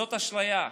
זאת אשליה.